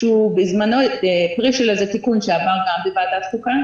שהוא בזמנו פרי של איזה תיקון שעבר גם בוועדת חוקה,